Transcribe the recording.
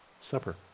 Supper